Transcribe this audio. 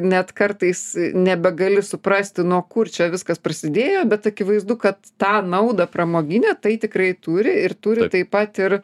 net kartais nebegali suprasti nuo kur čia viskas prasidėjo bet akivaizdu kad tą naudą pramoginę tai tikrai turi ir turi taip pat ir